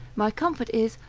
my comfort is,